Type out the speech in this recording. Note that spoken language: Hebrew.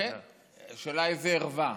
השאלה איזה ערווה.